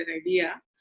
idea